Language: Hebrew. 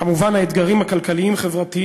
כמובן האתגרים הכלכליים-חברתיים.